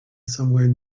somewhere